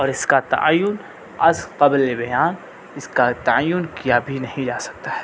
اور اس کا تعین از قبل بیان اس کا تعین کیا بھی نہیں جا سکتا ہے